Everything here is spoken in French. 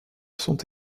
sont